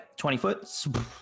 20-foot